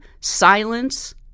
silence